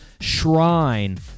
shrine